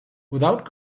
without